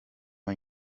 hay